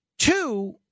Two